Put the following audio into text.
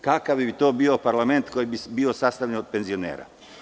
Kakav bi to bio parlament koji bi bio sastavljen od penzionera?